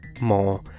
more